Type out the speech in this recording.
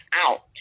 out